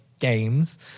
games